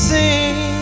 Sing